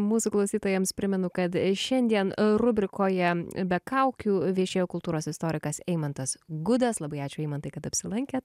mūsų klausytojams primenu kad šiandien rubrikoje be kaukių viešėjo kultūros istorikas eimantas gudas labai ačiū eimantai kad apsilankėt